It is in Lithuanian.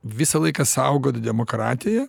visą laiką saugot demokratiją